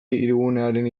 hirigunearen